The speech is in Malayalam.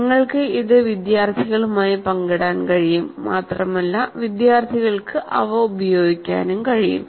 നിങ്ങൾക്ക് ഇത് വിദ്യാർത്ഥികളുമായി പങ്കിടാൻ കഴിയും മാത്രമല്ല വിദ്യാർത്ഥികൾക്ക് അവ ഉപയോഗിക്കാൻ കഴിയും